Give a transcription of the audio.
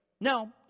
Now